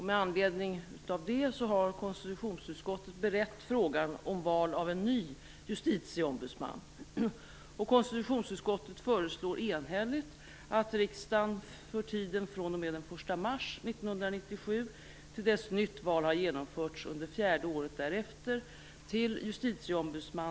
Med anledning därav har konstitutionsutskottet berett frågan om val av en ny justitieombudsman.